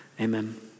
Amen